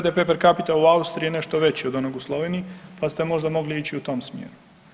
GDP per capita u Austriji je nešto veći od onog u Sloveniji pa ste možda mogli ići u tom smjeru.